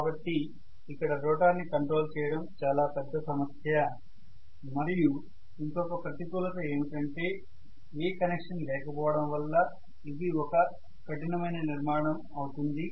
కాబట్టి ఇక్కడ రోటర్ ని కంట్రోల్ చేయడం చాలా పెద్ద సమస్య మరియు ఇంకొక ప్రతికూలత ఏమిటంటే ఏ కనెక్షన్ లేకపోవడం వల్ల ఇది ఒక కఠినమైన నిర్మాణం అవుతుంది